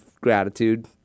gratitude